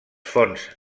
fonts